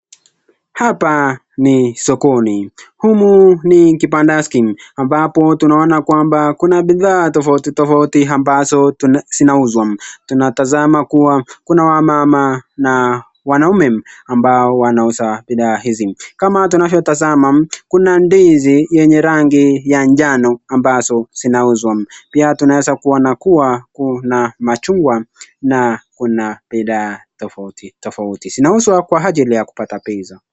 Hapa ni sokoni ,humu ni kibandaski ambapo tunaona kwamba kuna bithaa tofauti tofauti ambazo zinauzwa, tunatazama kuwa kuna wamama na wanaume ambao wanauza bithaa hizi kama tunavyotazama kuna ndizi yenye rangi ya jano ambazo zinauzwa pia tunaweza kuona kuwa kuna machungwa na kuna bidhaa tofauti tofauti zinauzwa kwa ajili ya kupata pesa.